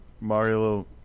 Mario